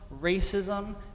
racism